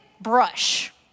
brush